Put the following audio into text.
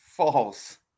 False